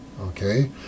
Okay